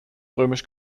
römisch